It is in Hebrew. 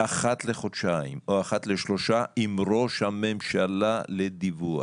אחת לחודשיים או אחת לשלושה עם ראש הממשלה לדיווח,